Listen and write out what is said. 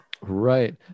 right